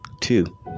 Two